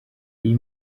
iyi